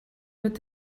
wird